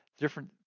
different